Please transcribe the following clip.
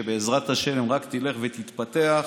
שבעזרת השם רק תלך ותתפתח,